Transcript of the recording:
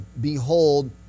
Behold